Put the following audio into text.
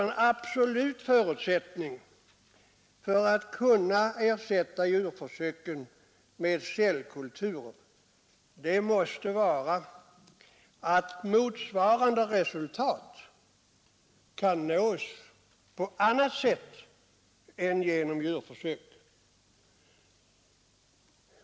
En absolut förutsättning för att man skall kunna ersätta försöksdjuren med cellkulturer måste vara att motsvarande resultat kan nås på annat sätt än genom djurförsök.